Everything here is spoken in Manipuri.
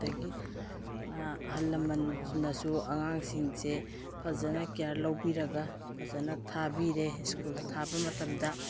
ꯑꯗꯒꯤ ꯑꯍꯜ ꯂꯝꯃꯟꯅꯁꯨ ꯑꯉꯥꯡꯁꯤꯡꯁꯦ ꯐꯖꯅ ꯀꯤꯌꯥꯔ ꯂꯧꯕꯤꯔꯒ ꯐꯖꯅ ꯊꯥꯕꯤꯔꯦ ꯁ꯭ꯀꯨꯜ ꯊꯥꯕ ꯃꯇꯝꯗ